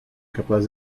capaz